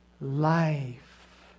life